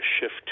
shift